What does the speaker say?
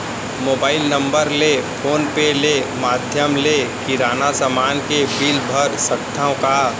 Mobile number ले phone पे ले माधयम ले किराना समान के बिल भर सकथव का?